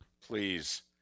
Please